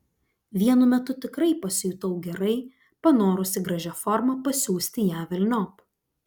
vienu metu tikrai pasijutau gerai panorusi gražia forma pasiųsti ją velniop